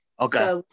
okay